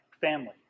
family